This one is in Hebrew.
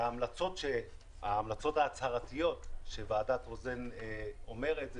וההמלצות ההצהרתיות שוועדת רוזן אומרת זה